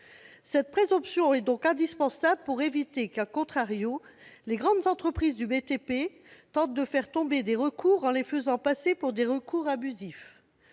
Cette présomption est donc indispensable pour éviter que,, les grandes entreprises du BTP tentent de faire tomber des recours en les faisant passer pour des recours abusifs.